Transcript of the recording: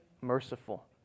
merciful